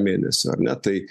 mėnesio ane tai